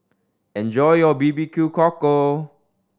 enjoy your B B Q Cockle